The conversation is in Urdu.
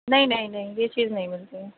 نہیں نہیں نہیں یہ چیز نہیں ملتی ہے